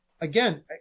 again